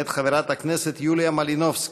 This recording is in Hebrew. מאת חברת הכנסת יוליה מלינובסקי.